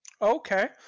Okay